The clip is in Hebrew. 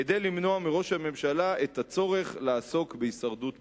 כדי למנוע מראש הממשלה את הצורך לעסוק בהישרדות פוליטית.